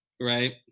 Right